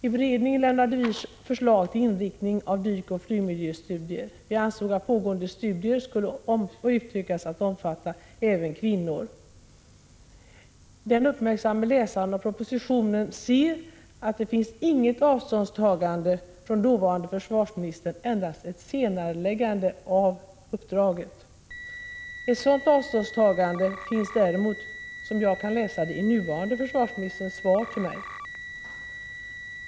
I beredningen lämnade vi förslag till inriktning av dykoch flygmiljöstudier. Vi ansåg att pågående studier skulle utökas att omfatta även kvinnor. Den uppmärksamme läsaren av propositionen ser att det inte finns något avståndstagande från dåvarande försvarsministern utan endast att ett senareläggande av uppdraget redovisas. Ett sådant avståndstagande finns däremot, som jag uppfattar det, i den nuvarande försvarsministerns svar till mig.